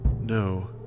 No